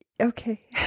okay